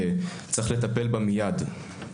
וצריך לטפל בה מיד.